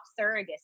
surrogacy